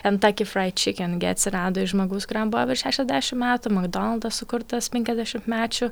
kentaki fraid čiken gi atsirado iš žmogaus kuriam buvo virš šešiasdešimt metų makdonaldas sukurtas penkiasdešimtmečių